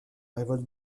révolte